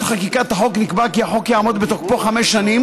חקיקת החוק נקבע כי החוק יעמוד בתוקפו חמש שנים,